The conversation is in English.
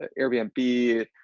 Airbnb